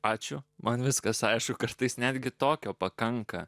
ačiū man viskas aišku kartais netgi tokio pakanka